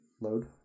Load